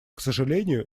сожалению